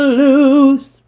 lose